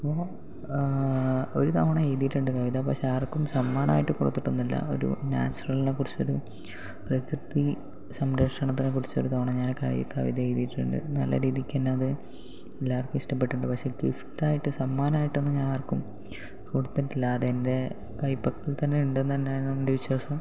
ഇപ്പോൾ ഒരു തവണ എഴുതിയിട്ടുണ്ട് കവിത പക്ഷേ ആർക്കും സമ്മാനമായിട്ട് കൊടുത്തിട്ടൊന്നുമില്ല ഒരു നാച്ച്വറൽനെക്കുറിച്ചൊരു പ്രകൃതി സംരക്ഷണത്തിനെക്കുറിച്ചൊരു തവണ ഞാൻ കവിത എഴുതിയിട്ടുണ്ട് നല്ലരീതിക്കുതന്നെ അത് എല്ലാവർക്കും ഇഷ്ടപ്പെട്ടിട്ടുണ്ട് പക്ഷേ ഗിഫ്റ്റായിട്ട് സമ്മാനമായിട്ടൊന്നും ഞാൻ ആർക്കും കൊടുത്തിട്ടില്ല അതെൻ്റെ കൈപ്പക്കൽത്തന്നെ ഉണ്ടെന്നു തന്നെയാണ് എൻ്റെ വിശ്വാസം